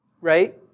Right